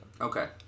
Okay